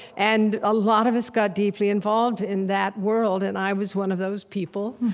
and a lot of us got deeply involved in that world, and i was one of those people,